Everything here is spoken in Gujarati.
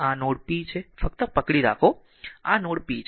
આ r નોડ p છે ફક્ત પકડી રાખો આ r નોડ p છે